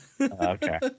Okay